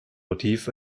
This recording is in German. motiv